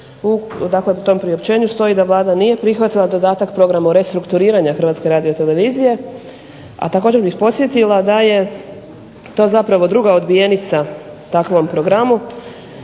Dakle, u tom priopćenju stoji da Vlada nije prihvatila dodatak Programu restrukturiranja HRT-a, a također bih podsjetila da je to zapravo druga odbijenica takvom programu